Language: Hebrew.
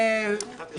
אי-אפשר, זה לא עובד.